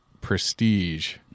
prestige